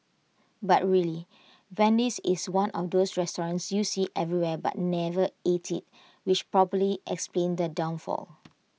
but really Wendy's is one of those restaurants you see everywhere but never ate at which probably explains their downfall